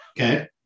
Okay